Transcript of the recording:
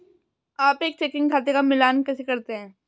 आप एक चेकिंग खाते का मिलान कैसे करते हैं?